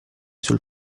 sul